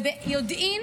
ביודעין,